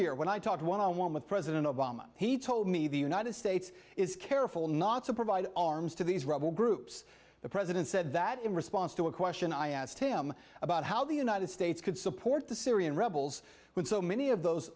year when i talked one on one with president obama he told me the united states is careful not to provide arms to these rebel groups the president said that in response to a question i asked him about how the united states could support the syrian rebels when so many of those